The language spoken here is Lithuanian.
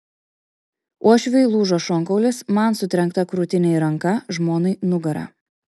uošviui lūžo šonkaulis man sutrenkta krūtinė ir ranka žmonai nugara